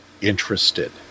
interested